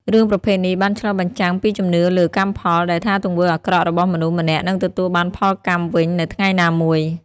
រឿងប្រភេទនេះបានឆ្លុះបញ្ចាំងពីជំនឿលើ កម្មផល ដែលថាទង្វើអាក្រក់របស់មនុស្សម្នាក់នឹងទទួលបានផលកម្មវិញនៅថ្ងៃណាមួយ។